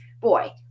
boy